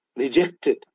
Rejected